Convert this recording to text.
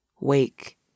Wake